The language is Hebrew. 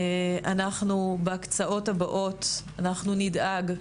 אנחנו בהקצאות הבאות נדאג,